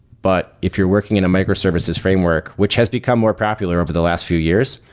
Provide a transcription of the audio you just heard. but if you're working in a microservices framework, which has become more popular over the last few years,